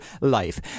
life